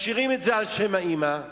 משאירים את זה על שם האמא,